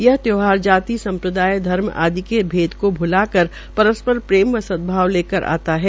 यह त्यौहार जाति संप्रदाय धर्म आदि के भेद को भुलाकर परस्पर प्रेम व सदभाव लेकर आता है